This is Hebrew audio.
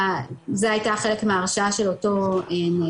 זו הייתה חלק מההרשעה של אותו נאשם,